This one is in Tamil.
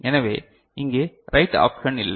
எனவே இங்கே ரைட் ஆப்ஷன் இல்லை